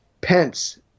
Pence